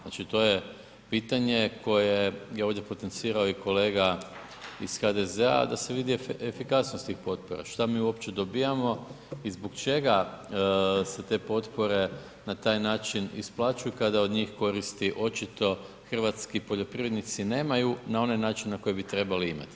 Znači to je pitanje koje je ovdje potencirao i kolega iz HDZ-a da se vide efikasnosti potpora, šta mi uopće dobivamo i zbog čega se te potpore na taj način isplaćuju kada od njih koristi očito hrvatski poljoprivrednici nemaju na onaj način na koji bi trebali imati.